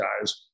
guys